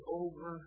over